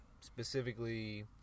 specifically